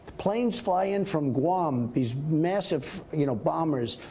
planes fly in from guam, these massive, you know, bombers,